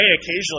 occasionally